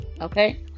okay